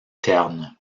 terne